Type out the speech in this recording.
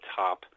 top